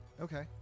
Okay